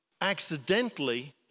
accidentally